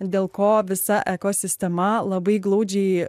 dėl ko visa ekosistema labai glaudžiai